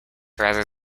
rather